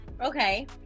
okay